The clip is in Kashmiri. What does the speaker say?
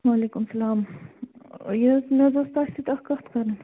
وعلیکُم السلام ٲں یہِ حظ مےٚ حظ ٲس تۄہہِ سۭتۍ اکھ کتھ کَرٕنۍ